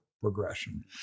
progression